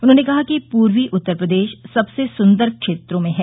उन्होंने कहा कि पूर्वी उत्तर प्रदेश सबसे सुन्दर क्षेत्रों में हैं